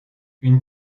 une